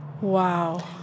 Wow